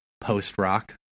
post-rock